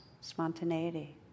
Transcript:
spontaneity